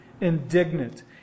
indignant